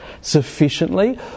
sufficiently